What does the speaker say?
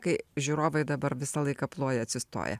kai žiūrovai dabar visą laiką ploja atsistoję